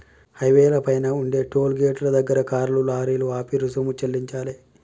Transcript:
హైవేల పైన ఉండే టోలు గేటుల దగ్గర కార్లు, లారీలు ఆపి రుసుము చెల్లించాలే